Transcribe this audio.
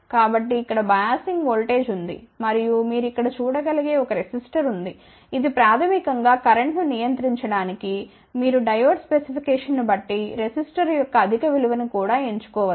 కాబట్టి ఇక్కడ biasing voltage ఉంది మరియు మీరు ఇక్కడ చూడగలిగే ఒక రెసిస్టర్ ఉంది ఇది ప్రాథమికం గా కరెంట్ను నియంత్రించడానికి మీరు డయోడ్ స్పెసిఫికేషన్ను బట్టి రెసిస్టర్ యొక్క అధిక విలువను కూడా ఎంచుకోవచ్చు